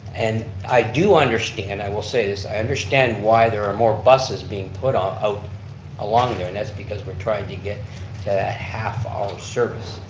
and i do understand, i will say this, i understand why there are more buses being put um out along there and that's because we're trying to get to half hour service.